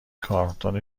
کارتن